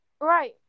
Right